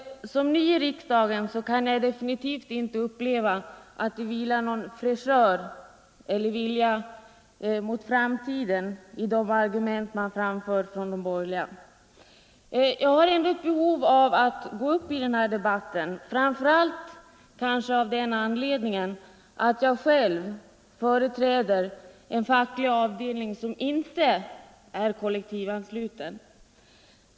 Som ny i riksdagen kan jag definitivt inte uppleva att det vilar någon fräschör över de borgerligas argument eller att det finns någon vilja hos de borgerliga att se mot framtiden. Jag har ändå ett behov att delta i den här debatten, framför allt av den anledningen att jag själv företräder en facklig avdelning som inte är kollektivansluten.